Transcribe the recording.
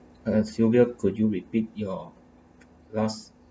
uh sylvia could you repeat your last